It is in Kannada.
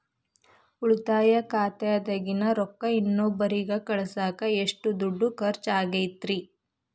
ಉಳಿತಾಯ ಖಾತೆದಾಗಿನ ರೊಕ್ಕ ಇನ್ನೊಬ್ಬರಿಗ ಕಳಸಾಕ್ ಎಷ್ಟ ದುಡ್ಡು ಖರ್ಚ ಆಗ್ತೈತ್ರಿ?